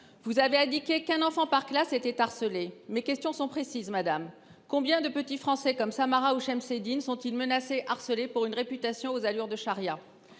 vous avez indiqué qu’un enfant par classe était harcelé. Mes questions sont précises : combien de petits Français comme Samara ou Shemseddine sont ils menacés et harcelés pour une réputation aux allures de charia ?